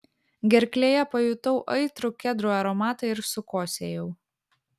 gerklėje pajutau aitrų kedrų aromatą ir sukosėjau